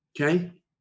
Okay